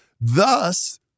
thus